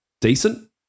decent